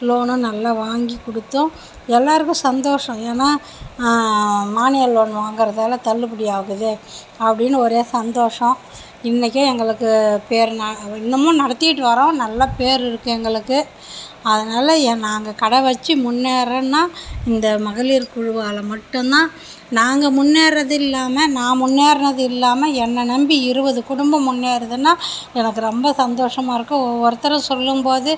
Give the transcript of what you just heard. loan நல்லா வாங்கி கொடுத்தோம் எல்லோருக்கும் சந்தோஷம் ஏன்னா மானிய லோன் வாங்குகிறதால தள்ளுபடி ஆகுது அப்படின்னு ஒரே சந்தோஷம் இன்றைக்கும் எங்களுக்கு பேர் இன்னுமும் நடத்திட்டு வர்றோம் நல்ல பேர் இருக்குது எங்களுக்கு அதனால் நாங்கள் கடை வெச்சு முன்னேறுறன்னா இந்த மகளிர் குழுவால் மட்டுந்தான் நாங்கள் முன்னேறுறது இல்லாமல் நான் முன்னேறுனது இல்லாமல் என்னை நம்பி இருபது குடும்பம் முன்னேறுதுன்னா எனக்கு ரொம்ப சந்தோஷமா இருக்குது ஒவ்வொருத்தரும் சொல்லும்போது